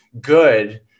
good